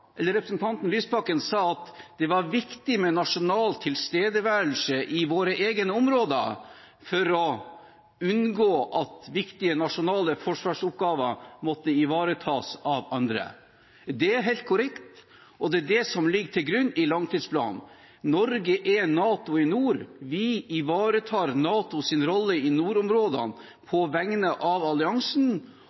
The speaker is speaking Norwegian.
at det var viktig med nasjonal tilstedeværelse i våre egne områder for å unngå at viktige nasjonale forsvarsoppgaver måtte ivaretas av andre. Det er helt korrekt, og det er det som ligger til grunn i langtidsplanen. Norge er NATO i nord. Vi ivaretar NATOs rolle i nordområdene på vegne av alliansen